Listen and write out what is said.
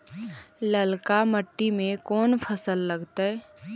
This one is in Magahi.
ललका मट्टी में कोन फ़सल लगतै?